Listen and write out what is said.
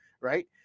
right